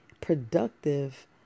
productive